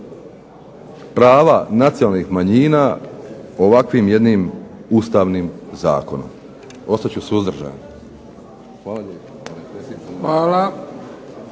prava nacionalnih manjina ovakvim jednim Ustavnim zakonom. Ostat ću suzdržan.